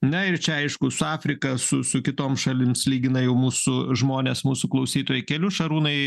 na ir čia aišku su afrika su su kitoms šalims lygina jau mūsų žmonės mūsų klausytojai kelių šarūnai